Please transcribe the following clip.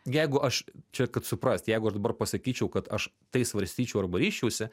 jeigu aš čia kad suprast jeigu aš dabar pasakyčiau kad aš tai svarstyčiau arba ryžčiausi